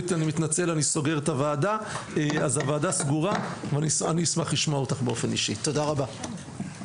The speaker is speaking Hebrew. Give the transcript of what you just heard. הוועדה נעולה, תודה רבה.